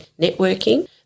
networking